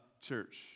church